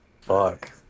Fuck